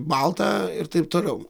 baltą ir taip toliau